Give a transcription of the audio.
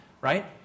right